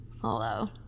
Hello